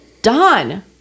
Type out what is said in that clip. Done